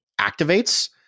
activates